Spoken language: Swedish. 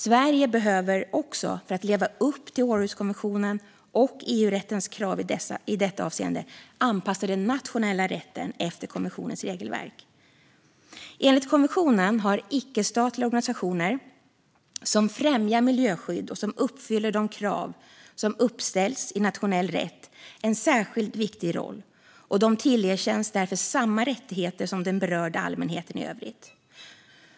Sverige behöver också, för att leva upp till Århuskonventionen och EU-rättens krav i detta avseende, anpassa den nationella rätten efter konventionens regelverk. Enligt konventionen har icke-statliga organisationer som främjar miljöskydd och som uppfyller de krav som uppställs i nationell rätt en särskilt viktig roll, och de tillerkänns därför samma rättigheter som den berörda allmänheten i övrigt.